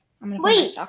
Wait